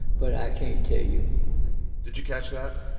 but i can't tell you did you catch that?